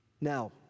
Now